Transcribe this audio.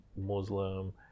muslim